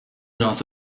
north